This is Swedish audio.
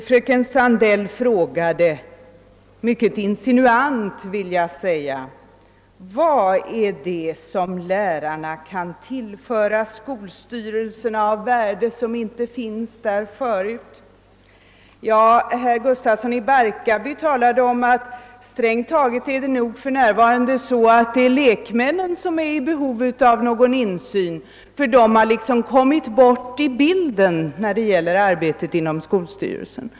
Fröken Sandell frågade — mycket insinuant, vill jag säga: >Vad är det som lärarna kan tillföra skolstyrelserna av värde som inte finns där förut?> Herr Gustafsson i Barkarby menade att det strängt taget för närvarande är lekmännen som har behov av insyn, ty de har liksom kommit bort ur bilden när det gäller arbetet inom skolstyrelserna.